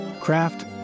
craft